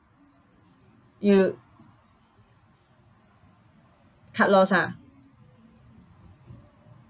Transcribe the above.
you cut loss ah